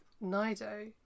Nido